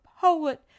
poet